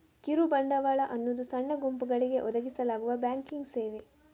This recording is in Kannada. ಕಿರು ಬಂಡವಾಳ ಅನ್ನುದು ಸಣ್ಣ ಗುಂಪುಗಳಿಗೆ ಒದಗಿಸಲಾಗುವ ಬ್ಯಾಂಕಿಂಗ್ ಸೇವೆ